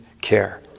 care